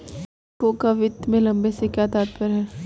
निवेशकों का वित्त में लंबे से क्या तात्पर्य है?